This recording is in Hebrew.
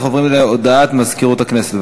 אנחנו עוברים להודעת מזכירות הכנסת.